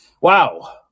Wow